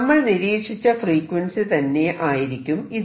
നമ്മൾ നിരീക്ഷിച്ച ഫ്രീക്വൻസി തന്നെ ആയിരിക്കും ഇത്